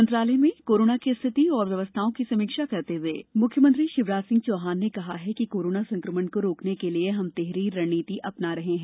मंत्रालय में कोरोना की स्थिति एवं व्यवस्थाओं की समीक्षा करते हुए मुख्यमंत्री शिवराज सिंह चौहान ने कहा कि प्रदेश में कोरोना संक्रमण से निपटने के लिए हम तिहरी रणनीति अपना रहे हैं